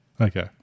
Okay